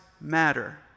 matter